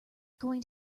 going